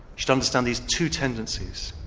should understand these two tendencies.